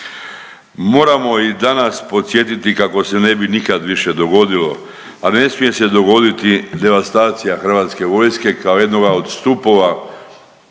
Moramo i danas podsjetiti kako se ne bi nikad više dogodilo, a ne smije se dogoditi devastacija Hrvatske vojske kao jednoga od stupova